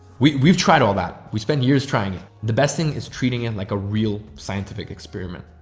we've we've tried all that. we spend years trying it. the best thing is treating it like a real scientific experiment.